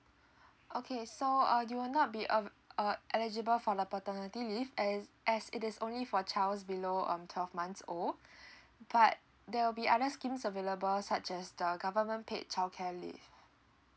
okay so uh you will not be um uh eligible for the paternity leave as as it is only for child below um twelve months old but there will be other schemes available such as the government paid childcare leave